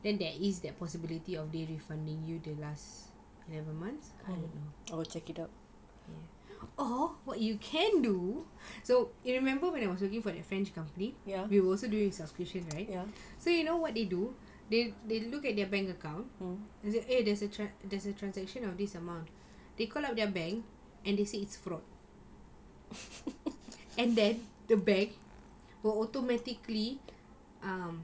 then there is that possibility of they refunding the last eleven months I don't know or what you can do so you remember when I was looking for their french company we were also doing subscription right so you know what they do they they look at their bank account eh there's a there's a transaction of this amount they call up their bank and they say it's fraud and then the bank will automatically um